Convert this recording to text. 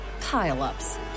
Pile-ups